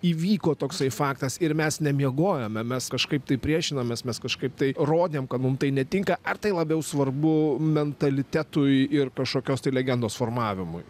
įvyko toksai faktas ir mes nemiegojome mes kažkaip tai priešinomės mes kažkaip tai rodėm kad mums tai netinka ar tai labiau svarbu mentalitetui ir kažkokios tai legendos formavimui